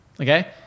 Okay